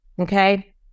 Okay